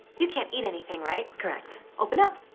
you can't eat anything, right? correct. open up.